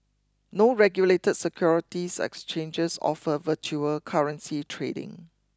no regulated securities exchanges offer virtual currency trading